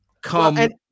Come